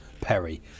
Perry